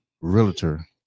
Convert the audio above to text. realtor